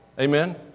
Amen